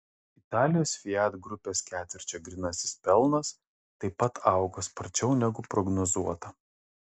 italijos fiat grupės ketvirčio grynasis pelnas taip pat augo sparčiau negu prognozuota